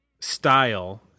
style